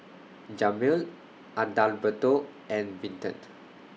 Jamir Adalberto and Vinton